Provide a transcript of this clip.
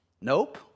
Nope